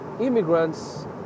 immigrants